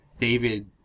David